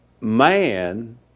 man